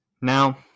Now